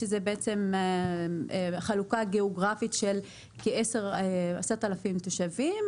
שזאת בעצם חלוקה גאוגרפית של כ-10,000 תושבים,